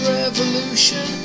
revolution